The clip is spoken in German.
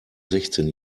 sechzehn